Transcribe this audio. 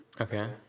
Okay